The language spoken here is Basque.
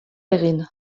egin